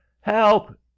Help